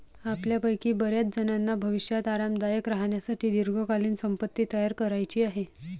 आपल्यापैकी बर्याचजणांना भविष्यात आरामदायक राहण्यासाठी दीर्घकालीन संपत्ती तयार करायची आहे